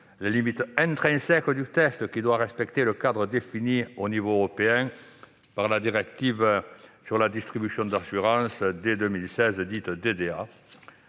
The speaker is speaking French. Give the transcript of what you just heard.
les limites intrinsèques du texte, qui doit respecter le cadre défini au niveau européen par la directive sur la distribution d'assurances de 2016, dite « DDA